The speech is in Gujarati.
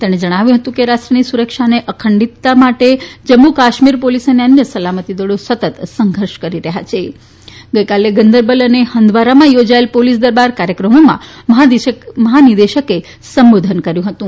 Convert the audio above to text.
તેમણે જણાવ્યું હતું કે રાષ્ટ્રની સુરક્ષા અને અખંડિતતા માટે જમ્મુ કાશ્મીર પોલીસ અને અન્ય સલામતી દળો સતત સંઘર્ષ કરી રહ્યાં છે ગઇકાલે ગંદરબલ અને હંદવારામાં યોજાયેલા પોલીસ દરબાર કાર્યક્રમોમાં મહાનિદેશકે સંબોધન કર્યુ હતું